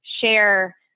share